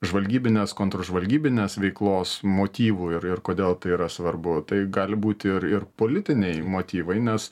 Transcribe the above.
žvalgybinės kontržvalgybinės veiklos motyvų ir ir kodėl tai yra svarbu tai gali būti ir ir politiniai motyvai nes